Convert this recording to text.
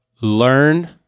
learn